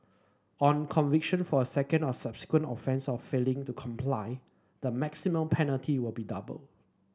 on conviction for a second or subsequent offence of failing to comply the maximum penalty will be doubled